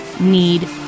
need